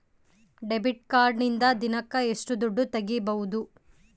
Debit ಕಾರ್ಡಿನಿಂದ ದಿನಕ್ಕ ಎಷ್ಟು ದುಡ್ಡು ತಗಿಬಹುದು?